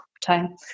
time